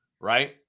right